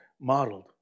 modeled